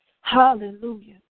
Hallelujah